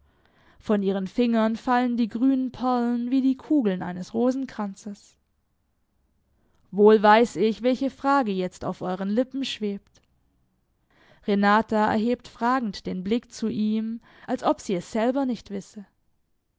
von ihren fingern fallen die grünen perlen wie die kugeln eines rosenkranzes wohl weiß ich welche frage jetzt auf euren lippen schwebt renata erhebt fragend den blick zu ihm als ob sie es selber nicht wisse